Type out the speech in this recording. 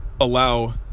allow